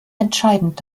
entscheidend